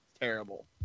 terrible